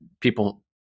people